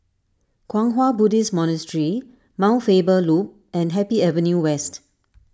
Kwang Hua Buddhist Monastery Mount Faber Loop and Happy Avenue West